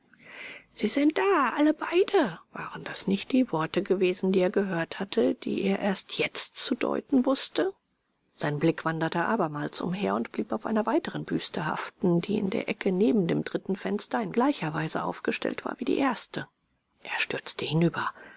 sie sind da alle beide waren das nicht die worte gewesen die er gehört hatte die er jetzt erst zu deuten wußte sein blick wanderte abermals umher und blieb auf einer weiteren büste haften die in der ecke neben dem dritten fenster in gleicher weise aufgestellt war wie die erste er stürzte hinüber